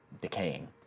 decaying